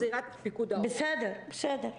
שרית, חשבתי